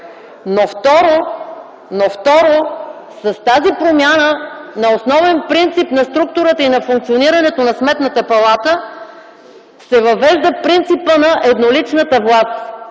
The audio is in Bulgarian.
Но, второ, с тази промяна на основен принцип на структурата и на функционирането на Сметната палата се въвежда принципът на едноличната власт